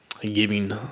giving